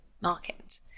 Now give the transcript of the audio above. market